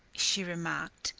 she remarked,